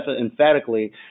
emphatically